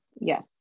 Yes